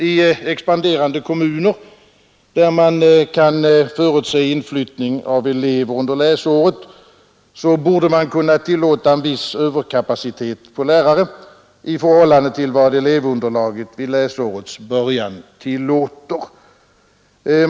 I expanderande kommuner, där man kan förutse inflyttning av elever under läsåret, borde kunna tillåtas en viss överkapacitet på lärare i förhållande till vad elevunderlaget vid läsårets början tillåter.